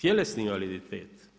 Tjelesni invaliditet,